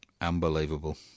Unbelievable